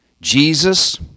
Jesus